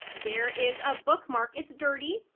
there is a bookmark. it's dirty.